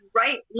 right